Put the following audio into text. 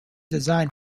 design